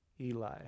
Eli